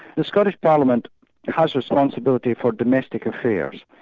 the scottish parliament has responsibility for domestic affairs,